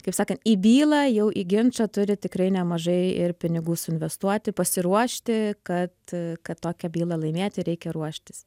kaip sakant į bylą jau į ginčą turi tikrai nemažai ir pinigų suinvestuoti pasiruošti kad kad tokią bylą laimėti reikia ruoštis